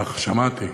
כך שמעתי.